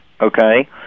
okay